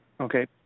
Okay